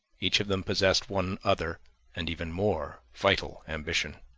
each of them possessed one other and even more vital ambition.